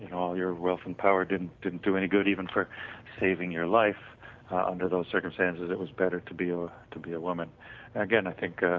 yeah all your wealth and power didn't didn't do any good even for saving your life under those circumstances, it was better to be ah to be a woman and again i think ah